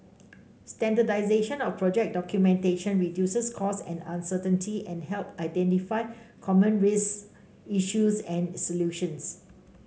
standardization of project documentation reduces costs and uncertainty and helps identify common risks issues and solutions